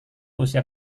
usia